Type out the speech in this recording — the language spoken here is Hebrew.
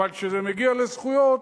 אבל כשזה מגיע לזכויות,